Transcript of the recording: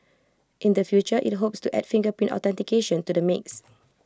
in the future IT hopes to add fingerprint authentication to the mix